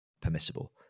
permissible